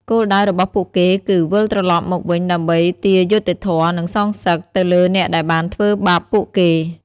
គោលដៅរបស់ពួកគេគឺវិលត្រឡប់មកវិញដើម្បី ទារយុត្តិធម៌ និងសងសឹក ទៅលើអ្នកដែលបានធ្វើបាបពួកគេ។